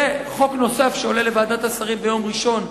וחוק נוסף שיעלה לוועדת השרים ביום ראשון,